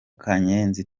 kanyenzi